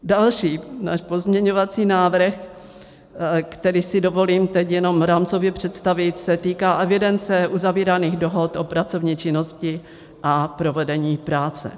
Další náš pozměňovací návrh, který si dovolím teď jenom rámcově představit, se týká evidence uzavíraných dohod o pracovní činnosti a provedení práce.